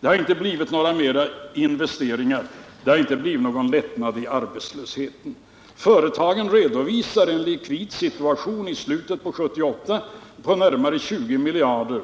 Det har inte medfört ökade investeringar, och det har inte blivit någon lättnad i arbetslösheten. Företagen redovisade i slutet av 1978 en likviditet på närmare 20 miljarder.